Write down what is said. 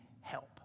help